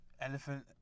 Elephant